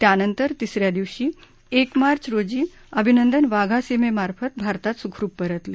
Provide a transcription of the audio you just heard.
त्यानंतर तिसऱ्या दिवशी एक मार्च रोजी अभिनंदन वाघा सीमेमार्फत भारतात सुखरुप परतले